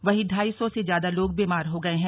वहीं ढाई सौ से ज्यादा लोग बीमार हो गए हैं